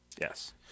yes